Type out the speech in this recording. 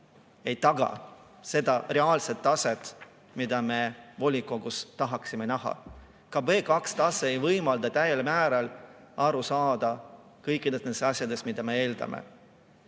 ei taga seda taset, mida me volikogus tahaksime näha. Ka B2-tase ei võimalda täiel määral aru saada kõikidest nendest asjadest, mida me eeldame.